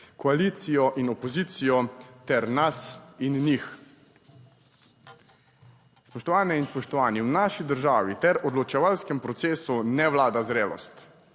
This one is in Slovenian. koalicijo in opozicijo ter nas in njih. Spoštovane in spoštovani! V naši državi ter odločevalskem procesu ne vlada zrelost.